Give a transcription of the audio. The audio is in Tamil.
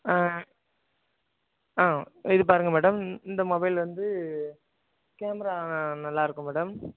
இது பாருங்கள் மேடம் இந் இந்த மொபைலருந்து கேமரா நல்லாருக்கும் மேடம்